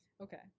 Okay